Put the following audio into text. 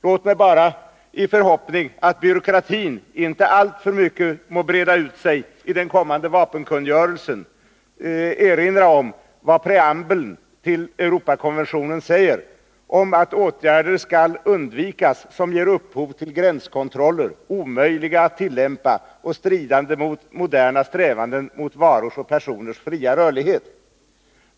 Låt mig bara i förhoppning om att byråkratin inte alltför mycket må breda ut sig i den kommande vapenkungörelsen erinra om vad preambeln till Europakonventionen säger, nämligen att åtgärder skall undvikas som ger upphov till gränskontroller, omöjliga att tillämpa och stridande mot moderna strävanden för varors och personers fria rörlighet.